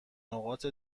نقاط